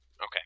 Okay